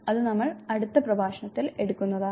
അത് നമ്മൾ അടുത്ത പ്രഭാഷണത്തിൽ എടുക്കുന്നതാണ്